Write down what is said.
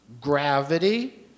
Gravity